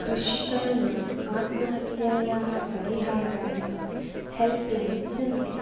कृषिकाणाम् आत्महत्यः परिहाराय हेल्प् लैन् सन्ति